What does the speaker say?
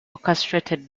orchestrated